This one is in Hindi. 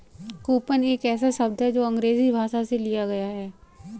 कूपन एक ऐसा शब्द है जो अंग्रेजी भाषा से लिया गया है